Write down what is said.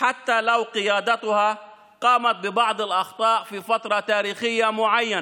אף שהמנהיגים שלהם עשו כמה טעויות בתקופה היסטורית מסוימת.